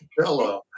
Hello